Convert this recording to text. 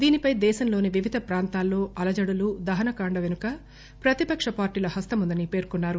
దీనిపై దేశంలోని వివిధ ప్రాంతాల్లో అలజడులు దహనకాండ వెనుక ప్రతిపక్ష పార్టీల హస్తముందని పేర్కొన్నారు